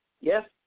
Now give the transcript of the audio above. Yes